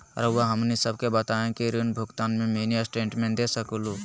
रहुआ हमनी सबके बताइं ऋण भुगतान में मिनी स्टेटमेंट दे सकेलू?